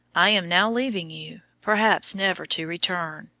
i am now leaving you, perhaps never to return,